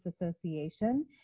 Association